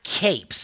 capes